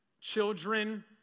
children